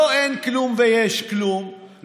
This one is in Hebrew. לא: אין כלום ויש כלום,